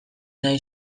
nahi